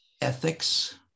ethics